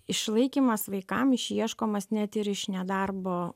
išlaikymas vaikam išieškomas net ir iš nedarbo